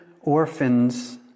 orphans